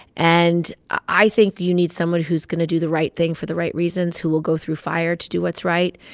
and i think you need somebody who's going to do the right thing for the right reasons, who will go through fire to do what's right.